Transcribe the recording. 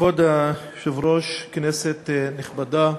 כבוד היושב-ראש, כנסת נכבדה,